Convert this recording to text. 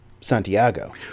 Santiago